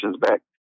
back